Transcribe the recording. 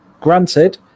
Granted